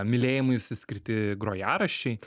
mylėjimuisi skirti grojaraščiai